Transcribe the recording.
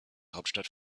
hauptstadt